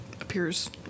appears